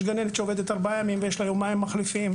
יש גננת שעובדת ארבעה ימים ויש לה יומיים מחליפה,